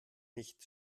nicht